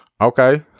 Okay